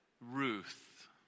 Ruth